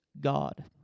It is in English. God